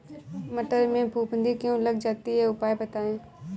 मटर में फफूंदी क्यो लग जाती है उपाय बताएं?